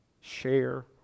share